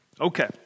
Okay